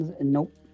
nope